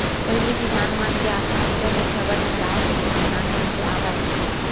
पहिली किसान मन के आत्महत्या के खबर महारास्ट के किसान मन के आवय